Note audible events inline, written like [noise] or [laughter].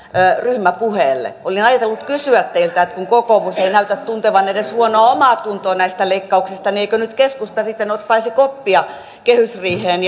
ryhmäpuheelle olin ajatellut kysyä teiltä kun kokoomus ei näytä tuntevan edes huonoa omaatuntoa näistä leikkauksista eikö nyt keskusta sitten ottaisi koppia kehysriiheen [unintelligible]